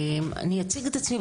אני אציג את עצמי,